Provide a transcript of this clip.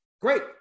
great